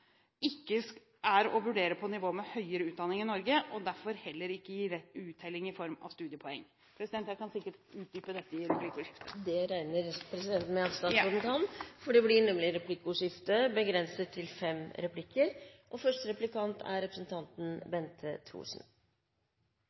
er å vurdere på nivå med høyere utdanning i Norge, og gir derfor heller ikke uttelling i form av studiepoeng. Jeg kan sikkert utdype dette i en replikk. Det regner presidenten med at statsråden kan, for det blir nemlig replikkordskifte. I sitt fyldige svar på dette representantforslaget viste statsråden til